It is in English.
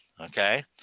Okay